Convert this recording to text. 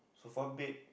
sofa bed